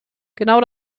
genau